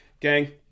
Gang